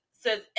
says